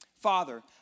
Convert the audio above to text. Father